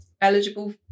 eligible